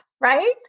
Right